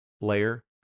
layer